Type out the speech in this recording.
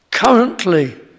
currently